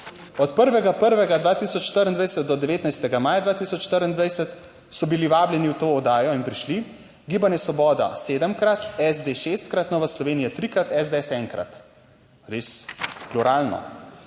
od 1. 1. 2024 do 19. maja 2024 so bili vabljeni v to oddajo in prišli: Gibanje Svoboda sedemkrat, SD šestkrat, Nova Slovenija trikrat, SDS enkrat. Res pluralno.